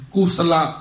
Kusala